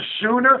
sooner